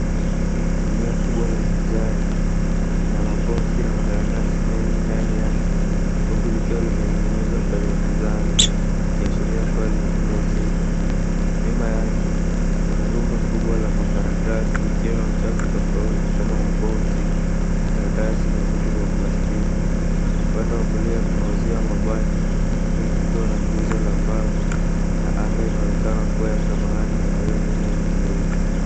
Gunia kubwa la kijani. Lina mabox na makaratasi mengi ndani yake. Huku likiwa limening'inizwa kwenye mizani. Ikiashiria kuwa linabeba uzito. Nyuma yake, kuna rundo kubwa la makaratasi ikiwa na uchafu tofauti kama mabox ,karatasi na vitu vya plastiki. Upande wa kulia kuna uzio wa mabati, huku kukiwa na nguzo la mbao, na anga inaonekana kuwa ya samawati na mawingu mengi meupe.